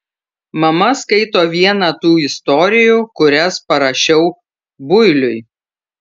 mama skaito vieną tų istorijų kurias parašiau builiui